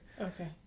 okay